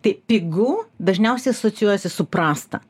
tai pigu dažniausiai asocijuojasi su prasta